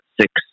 six